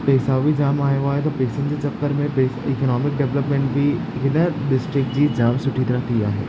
पैसा बि जाम आयो आहे त पैसनि जे चक्कर में इकॅानामिक डेवेलप्मेंट बि हिन डिस्ट्रिक्ट जी जाम सुठी तरह थी आहे